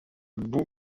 bout